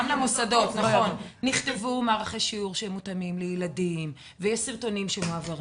גם למוסדות נכתבו מערכי שיעור שמותאמים לילדים ויש סרטונים שמועברים.